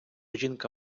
жінка